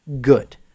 good